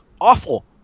awful